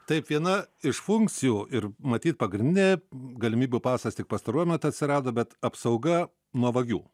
taip viena iš funkcijų ir matyt pagrindinė galimybių pasas tik pastaruoju metu atsirado bet apsauga nuo vagių